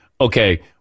okay